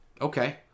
Okay